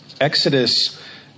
Exodus